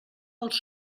els